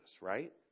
right